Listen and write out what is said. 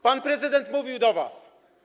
Pan prezydent mówił do was: